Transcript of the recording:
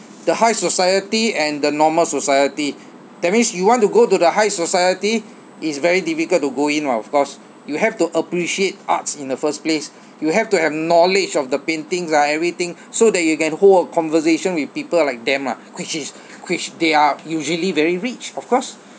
the high society and the normal society that means you want to go to the high society is very difficult to go in [what] of course you have to appreciate arts in the first place you have to have knowledge of the paintings ah everything so that you can hold a conversation with people like them lah which is which they are usually very rich of course